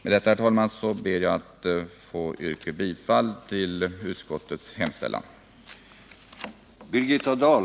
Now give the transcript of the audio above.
Med detta, herr talman, ber jag att få yrka bifall till utskottets hemställan.